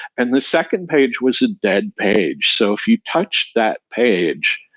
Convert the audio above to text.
and the second page was a dead page. so if you touched that page,